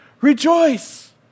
Rejoice